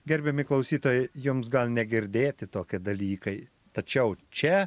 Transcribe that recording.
gerbiami klausytojai jums gal negirdėti tokie dalykai tačiau čia